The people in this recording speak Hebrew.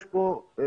יש פה בעיה.